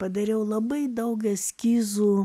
padariau labai daug eskizų